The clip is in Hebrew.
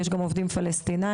יש גם עובדים פלשתינאים,